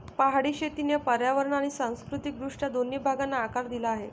पहाडी शेतीने पर्यावरण आणि सांस्कृतिक दृष्ट्या दोन्ही भागांना आकार दिला आहे